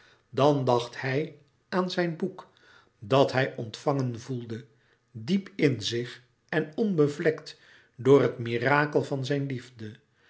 dan dacht hij aan zijn boek dat hij ontvangen voelde diep in zich en onbevlekt door het mirakel van zijn liefde